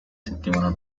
settimana